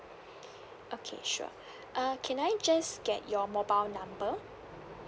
okay sure uh can I just get your mobile number